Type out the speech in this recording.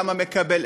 למה מקבל,